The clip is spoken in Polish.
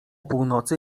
północy